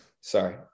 Sorry